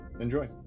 enjoy